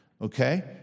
Okay